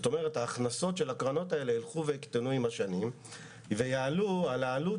כלומר ההכנסות של הקרנות האלה יקטנו עם השנים ויעלו על העלות